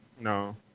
No